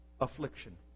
affliction